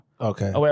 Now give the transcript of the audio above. Okay